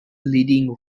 leading